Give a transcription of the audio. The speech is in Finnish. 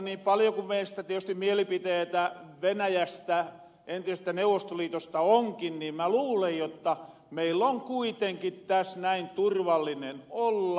niin paljo ku meillä tietysti mielipiteitä venäjästä entisestä neuvostoliitosta onkin niin mä luulen jotta meil on kuitenkin täs näin turvallinen olla